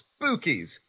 Spookies